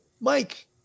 Mike